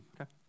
okay